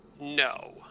no